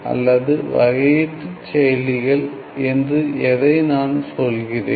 அல்லது வகையீட்டுச் செயலிகள் என்று எதை நான் சொல்கிறேன்